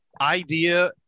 Idea